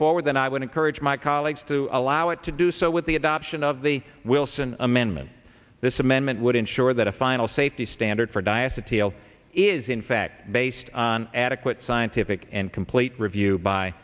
forward then i would encourage my colleagues to allow it to do so with the adoption of the wilson amendment this amendment would ensure that a final safety standard for diocese t l is in fact based on adequate scientific and complete review by